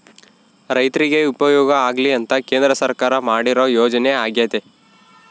ರೈರ್ತಿಗೆ ಉಪಯೋಗ ಆಗ್ಲಿ ಅಂತ ಕೇಂದ್ರ ಸರ್ಕಾರ ಮಾಡಿರೊ ಯೋಜನೆ ಅಗ್ಯತೆ